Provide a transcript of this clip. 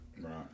Right